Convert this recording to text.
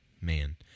Man